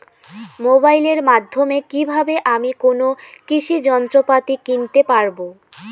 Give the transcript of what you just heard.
মোবাইলের মাধ্যমে কীভাবে আমি কোনো কৃষি যন্ত্রপাতি কিনতে পারবো?